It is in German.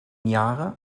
jahre